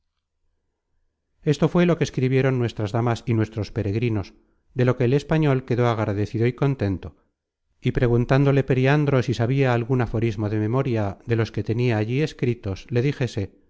esto fué lo que escribieron nuestras damas y nuestros peregrinos de lo que el español quedó agradecido y contento y preguntándole periandro si sabía algun aforismo de memoria de los que tenia allí escritos le dijese